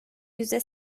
yüzde